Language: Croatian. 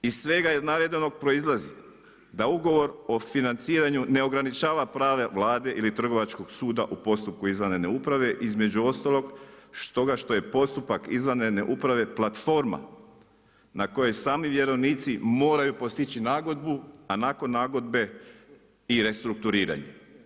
Iz svega navedenog proizlazi, da ugovor o financiranju ne ograničava prava Vlade ili Trgovačkog suda u postupku izvanredne uprave, između ostalog toga što je postupak izvanredne uprave platforma, na koji sami vjerovnici moraju postići nagodbu, a nakon nagodbe i restrukturiranje.